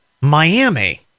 Miami